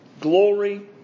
glory